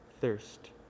thirst